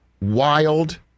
wild